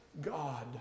God